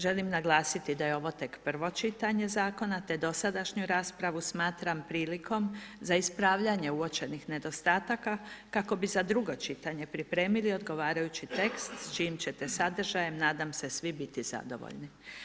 Želim naglasiti da je ovo tek prvo čitanje zakona, te dosadašnju raspravu smatram prilikom za ispravljanje uočenih nedostataka, kako bi za drugo čitanje pripremili odgovarajući tekst s čijim ćete sadržajem nadam se svi biti zadovoljni.